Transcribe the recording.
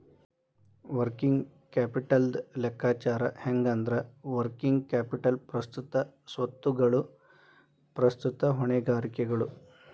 working ಕ್ಯಾಪಿಟಲ್ದ್ ಲೆಕ್ಕಾಚಾರ ಹೆಂಗಂದ್ರ, ವರ್ಕಿಂಗ್ ಕ್ಯಾಪಿಟಲ್ ಪ್ರಸ್ತುತ ಸ್ವತ್ತುಗಳು ಪ್ರಸ್ತುತ ಹೊಣೆಗಾರಿಕೆಗಳು